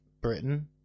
britain